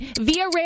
Via